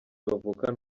bavukana